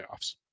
playoffs